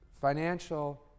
financial